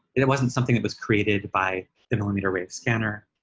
it it wasn't something that was created by the millimeter wave scanner,